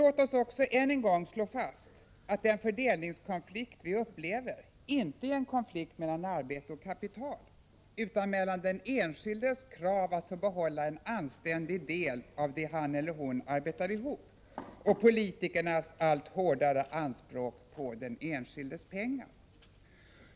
Låt oss också än en gång slå fast att den fördelningskonflikt vi upplever inte är en konflikt mellan arbete och kapital utan mellan den enskildes krav på att få behålla en anständig del av det han eller hon arbetar ihop och politikernas allt hårdare anspråk på den enskildes pengar.